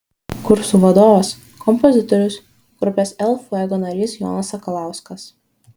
kursų vadovas kompozitorius grupės el fuego narys jonas sakalauskas